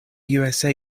usa